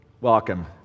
welcome